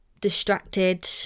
distracted